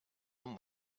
him